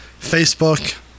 Facebook